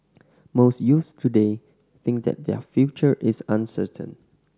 most youths today think that their future is uncertain